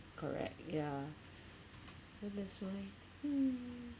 correct ya so that's why hmm